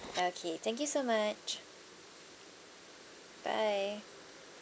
okay thank you so much bye